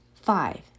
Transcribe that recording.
Five